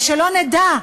ושלא נדע,